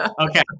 okay